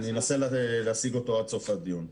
אני אנסה להשיג אותו עד סוף הדיון.